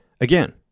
Again